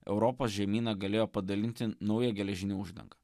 europos žemyną galėjo padalinti nauja geležinė uždanga